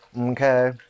okay